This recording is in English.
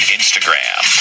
Instagram